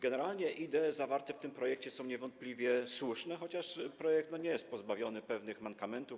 Generalnie idee zawarte w tym projekcie są niewątpliwie słuszne, chociaż projekt nie jest pozbawiony pewnych mankamentów.